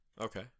Okay